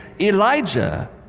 Elijah